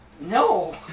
No